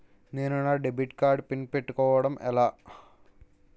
నేను నా debit card PIN పెట్టుకోవడం ఎలా?